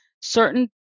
certain